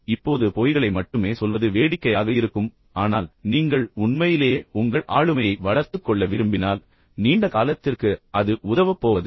இப்போது பொய்களை மட்டுமே சொல்வது வேடிக்கையாக இருக்கும் ஆனால் நீங்கள் உண்மையிலேயே உங்கள் ஆளுமையை வளர்த்துக் கொள்ள விரும்பினால் நீண்ட காலத்திற்கு அது உதவப்போவதில்லை